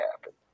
happen